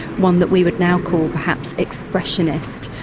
one that we would now call perhaps expressionist.